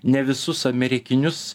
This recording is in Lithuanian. ne visus amerikinius